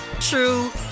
true